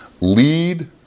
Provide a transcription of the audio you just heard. lead